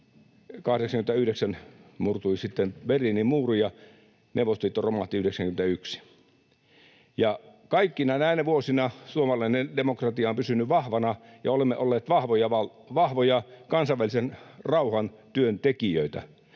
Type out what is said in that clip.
89 murtui sitten Berliinin muuri ja Neuvostoliitto romahti 91. Ja kaikkina näinä vuosina suomalainen demokratia on pysynyt vahvana, ja olemme olleet vahvoja kansainvälisen rauhantyön tekijöitä.